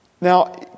Now